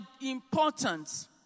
important